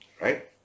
Right